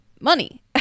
money